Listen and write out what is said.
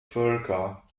völker